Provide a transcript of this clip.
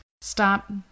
stop